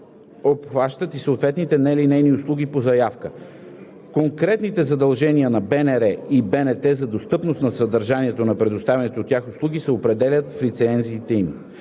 обхванат и съответните нелинейни услуги по заявка. Конкретните задължения на БНР и БНТ за достъпност на съдържанието на предоставяните от тях услуги се определят в лицензиите им.